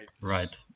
right